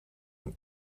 een